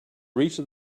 reach